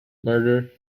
murder